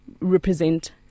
Represent